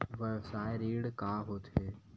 व्यवसाय ऋण का होथे?